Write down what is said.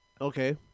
Okay